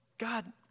God